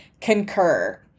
concur